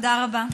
תודה רבה.